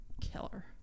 killer